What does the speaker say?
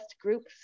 groups